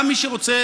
גם מי שרוצה,